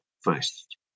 first